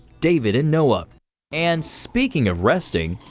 david, and noah. and speaking of resting